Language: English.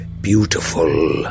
beautiful